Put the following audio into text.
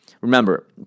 Remember